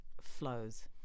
flows